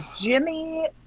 Jimmy